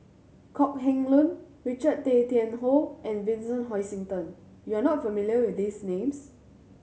Kok Heng Leun Richard Tay Tian Hoe and Vincent Hoisington you are not familiar with these names